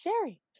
Sherry